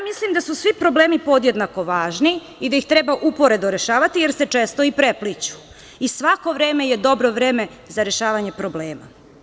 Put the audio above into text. Mislim da su svi problemi podjednako važni i da ih treba uporedno rešavati, jer se često i prepliću i svako vreme je dobro vreme za rešavanje problema.